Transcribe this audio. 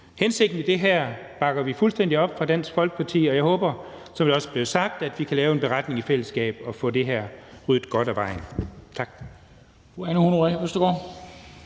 hensigten med det her bakker vi fuldstændig op i Dansk Folkeparti, og jeg håber, som der også blev sagt, at vi i fællesskab kan lave en beretning og få det her ryddet godt af vejen. Tak.